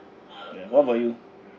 ya what about you